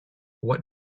what